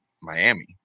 Miami